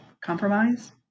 compromise